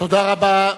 תודה רבה.